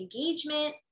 engagement